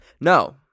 No